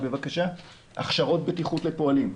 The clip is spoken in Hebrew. הכשרות בטיחות לפועלים.